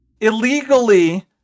illegally